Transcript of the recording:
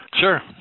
Sure